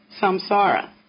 samsara